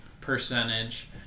percentage